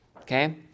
okay